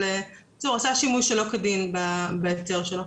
אבל הוא עשה שימוש שלא כדין בהיתר שלו.